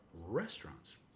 restaurants